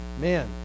Man